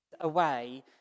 away